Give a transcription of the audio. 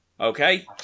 Okay